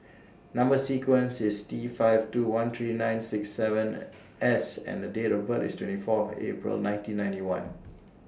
Number sequence IS T five two one three nine six seven S and Date of birth IS twenty four April nineteen ninety one